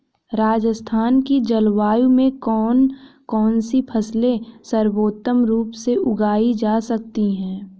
राजस्थान की जलवायु में कौन कौनसी फसलें सर्वोत्तम रूप से उगाई जा सकती हैं?